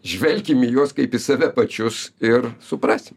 žvelkim į juos kaip į save pačius ir suprasim